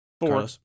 Four